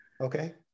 Okay